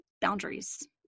boundaries